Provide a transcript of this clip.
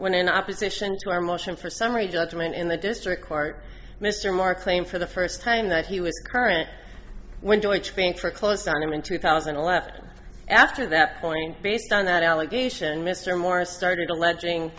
when in opposition to our motion for summary judgment in the district court mr maher claim for the first time that he was current when george being foreclosed on him in two thousand and eleven after that point based on that allegation mr morris started alleging